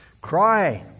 Cry